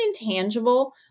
intangible